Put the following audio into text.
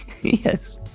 Yes